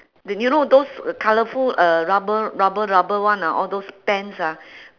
then you know those colourful uh rubber rubber rubber one ah all those pants ah